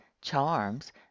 charms